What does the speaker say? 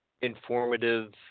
informative